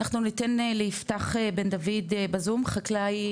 אנחנו ניתן ליפתח בן דוד בזום, חקלאי